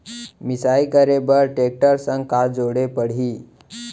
मिसाई करे बर टेकटर संग का जोड़े पड़ही?